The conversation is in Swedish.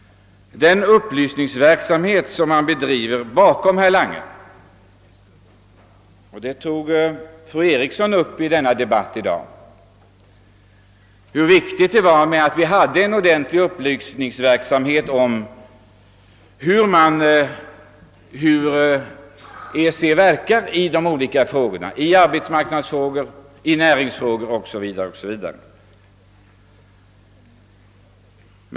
Fru Eriksson i Stockholm har i debatten i dag berört frågan hur viktigt det är att vi får upplysning om hur EEC påverkar = arbetsmarknadsfrågor, <näringsfrågor o.s.v.